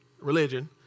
religion